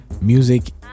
music